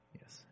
yes